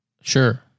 Sure